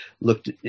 looked